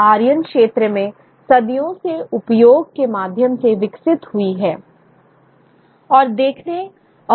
आर्यन क्षेत्र में सदियों से उपयोग के माध्यम से विकसित हुई है